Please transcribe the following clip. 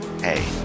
Hey